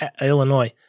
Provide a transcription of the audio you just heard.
Illinois